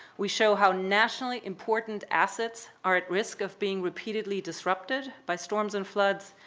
we show how nationally important assets are at risk of being repeatedly disrupted by storms and floods.